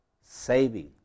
saving